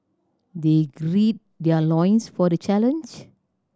they grid their loins for the challenge